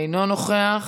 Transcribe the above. אינו נוכח,